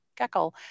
Geckle